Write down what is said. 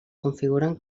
configuren